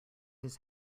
his